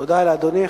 תודה לאדוני.